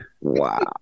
Wow